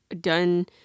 done